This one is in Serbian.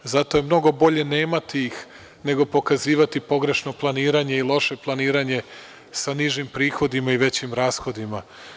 Zato je mnogo bolje nemati ih, nego pokazivati pogrešno planiranje i loše planiranje sa nižim prihodima i većim rashodima.